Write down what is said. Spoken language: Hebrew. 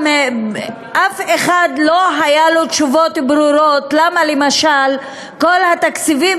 לאף אחד לא היו תשובות ברורות למה למשל כל התקציבים